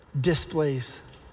displays